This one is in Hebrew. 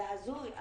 זה הזוי.